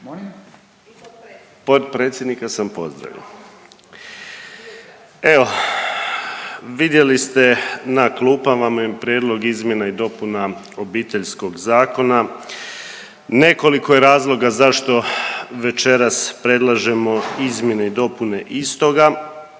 Potpredsjednika sam pozdravio. Evo, vidjeli ste, na klupama vam je Prijedlog izmjena i dopuna Obiteljskog zakona. Nekoliko je razloga zašto večeras predlažemo izmjene i dopune istoga.